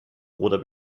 oder